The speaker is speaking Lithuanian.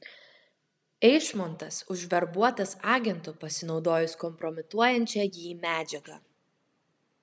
eišmontas užverbuotas agentu pasinaudojus kompromituojančia jį medžiaga